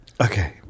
Okay